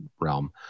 realm